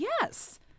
yes